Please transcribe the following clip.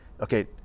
okay